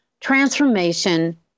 transformation